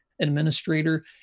administrator